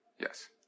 Yes